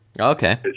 Okay